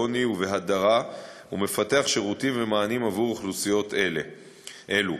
בעוני והדרה ומפתח שירותים ומענים עבור אוכלוסיות אלו.